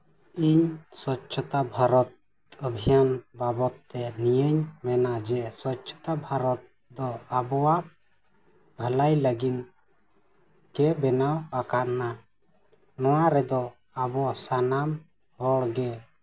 ᱤᱧ ᱥᱚᱪᱪᱷᱚᱛᱟ ᱵᱷᱟᱨᱚᱛ ᱚᱵᱷᱤᱡᱟᱱ ᱵᱟᱵᱚᱫ ᱛᱮ ᱱᱤᱭᱟᱹᱧ ᱢᱮᱱᱟ ᱡᱮ ᱥᱚᱪᱪᱷᱚᱛᱟ ᱵᱷᱟᱨᱚᱛ ᱫᱚ ᱟᱵᱚᱣᱟᱜ ᱵᱷᱟᱹᱞᱟᱹᱭ ᱞᱟᱹᱜᱤᱫ ᱛᱮ ᱵᱮᱱᱟᱣ ᱟᱠᱟᱱᱟ ᱱᱚᱣᱟ ᱨᱮᱫᱚ ᱟᱵᱚ ᱥᱟᱱᱟᱢ ᱦᱚᱲ ᱜᱮ